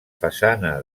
façana